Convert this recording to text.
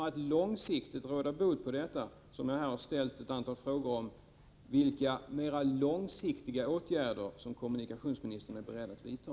Det är för att råda bot på detta för framtiden som jag ställt ett antal frågor om vilka mera långsiktiga åtgärder kommunikationsministern är beredd att vidta.